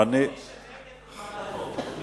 מי שנגד, הוא בעד החוק.